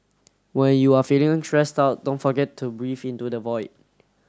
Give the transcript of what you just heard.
when you are feeling stressed out don't forget to breathe into the void